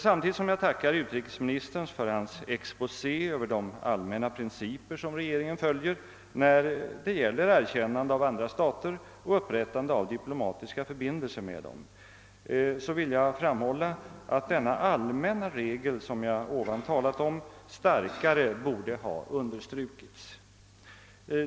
Samtidigt som jag tackar utrikesministern för hans exposé över de allmänna principer som regeringen följer när det gäller erkännande av andra stater och upprättande av diplomatiska förbindelser med dem vill jag framhålla, att den allmänna regel som jag ovan talat om starkare borde ha understrukits.